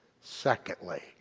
Secondly